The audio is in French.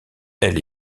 elle